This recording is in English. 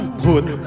put